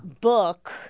book